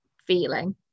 feeling